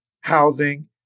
housing